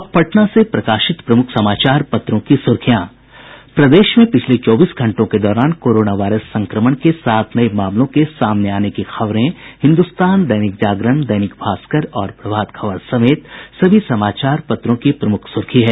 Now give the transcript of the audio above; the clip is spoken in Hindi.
अब पटना से प्रकाशित प्रमुख समाचार पत्रों की सुर्खियां प्रदेश में पिछले चौबीस घंटों के दौरान कोरोना वायरस संक्रमण के सात नये मामलों के सामने आने की खबरें हिन्दुस्तान दैनिक जागरण दैनिक भास्कर और प्रभात खबर समेत सभी समाचार पत्रों की प्रमुख सुर्खी है